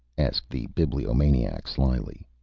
asked the bibliomaniac, slyly.